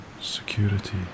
security